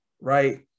right